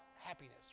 happiness